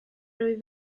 wyf